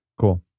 Cool